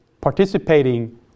participating